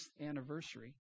anniversary